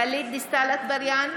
גלית דיסטל אטבריאן,